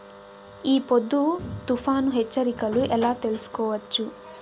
ఈ పొద్దు తుఫాను హెచ్చరికలు ఎలా తెలుసుకోవచ్చు?